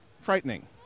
frightening